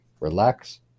relax